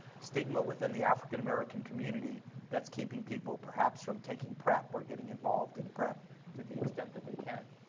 stigma within the african american community that's keeping people perhaps from taking prep or getting involved in prep to the extent that they can.